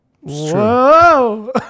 Whoa